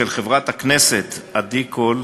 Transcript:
של חברת הכנסת עדי קול,